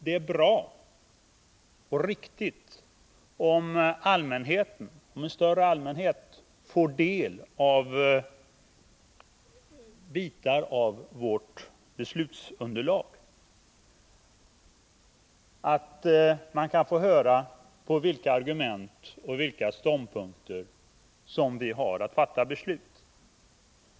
Det är bra och riktigt om en större allmänhet får del av bitar av vårt beslutsunderlag, att man kan få höra på vilka argument och ståndpunkter som riksdagen har att fatta beslut.